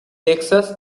texas